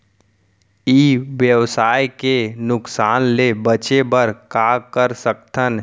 ई व्यवसाय के नुक़सान ले बचे बर का कर सकथन?